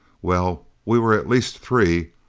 well, we were at least three.